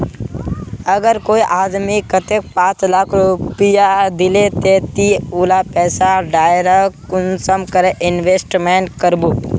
अगर कोई आदमी कतेक पाँच लाख रुपया दिले ते ती उला पैसा डायरक कुंसम करे इन्वेस्टमेंट करबो?